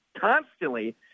constantly